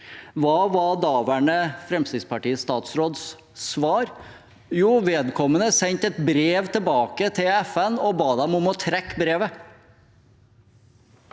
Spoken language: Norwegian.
Hva var daværende Fremskrittsparti-statsråds svar? Jo, vedkommende sendte et brev tilbake til FN og ba dem om å trekke brevet.